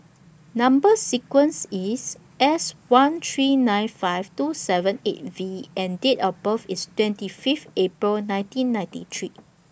Number sequence IS S one three nine five two seven eight V and Date of birth IS twenty Fifth April nineteen ninety three